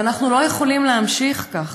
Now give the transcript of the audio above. ואנחנו לא יכולים להמשיך כך.